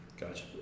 Gotcha